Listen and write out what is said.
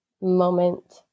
moment